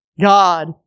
God